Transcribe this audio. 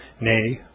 nay